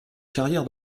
carrière